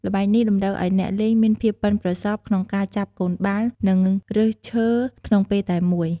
ល្បែងនេះតម្រូវឲ្យអ្នកលេងមានភាពប៉ិនប្រសប់ក្នុងការចាប់កូនបាល់ និងរើសឈើក្នុងពេលតែមួយ។